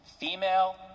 Female